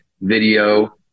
video